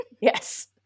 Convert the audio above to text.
Yes